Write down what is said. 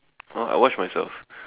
!huh! I watch myself